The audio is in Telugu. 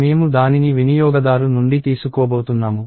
మేము దానిని వినియోగదారు నుండి తీసుకోబోతున్నాము